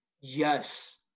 yes